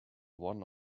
one